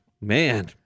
Man